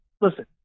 listen